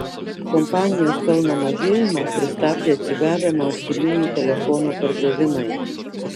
kompanijos pelno mažėjimą pristabdė atsigavę mobiliųjų telefonų pardavimai